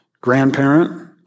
grandparent